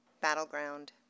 battleground